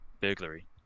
burglary